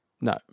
no